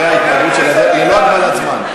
אחרי ההתנהגות שלכם, ללא הגבלת זמן.